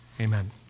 Amen